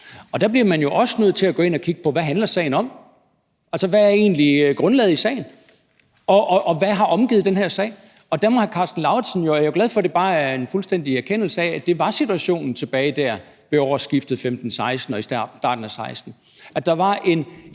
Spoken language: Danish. Og der bliver man jo også nødt til at gå ind og kigge på: Hvad handler sagen om? Hvad er egentlig grundlaget i sagen? Og hvad har omgivet den her sag? Jeg er jo glad for, at der bare er en fuldstændig erkendelse af, at det var situationen tilbage ved årsskiftet 2015-16 og i starten af 2016, altså at der var en